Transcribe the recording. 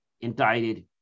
indicted